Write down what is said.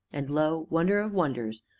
and lo! wonder of wonders!